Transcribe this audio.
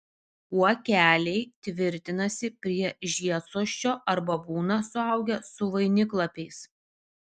kuokeliai tvirtinasi prie žiedsosčio arba būna suaugę su vainiklapiais